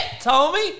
Tommy